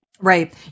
Right